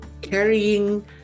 carrying